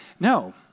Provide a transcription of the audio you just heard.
No